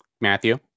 Matthew